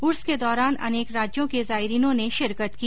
उर्स के दौरान अनेक राज्यों के जायरिनों ने शिरकत की